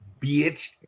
bitch